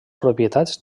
propietats